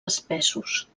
espessos